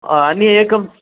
अन्य एकम्